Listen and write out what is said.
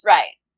Right